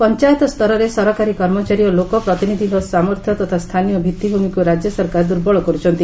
ପଞାୟତ ସ୍ତରରେ ସରକାରୀ କର୍ମଚାରୀ ଓ ଲୋକ ପ୍ରତିନିଧିଙ୍କ ସାମର୍ଥ୍ୟ ତଥା ସ୍ଥାନୀୟ ଭିଉିଭ୍ରମିକୁ ରାଜ୍ୟସରକାର ଦୁର୍ବଳ କରୁଛନ୍ତି